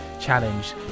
challenge